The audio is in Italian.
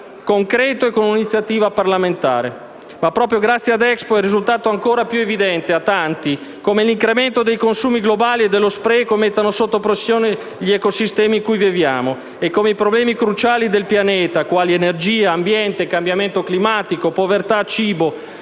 concreto e con un'iniziativa parlamentare. Proprio grazie ad Expo 2015 è risultato ancora più evidente a tanti come l'incremento dei consumi globali e dello spreco mettano sotto pressione gli ecosistemi in cui viviamo e come i problemi cruciali del pianeta, quali energia, ambiente, cambiamento climatico, povertà e cibo,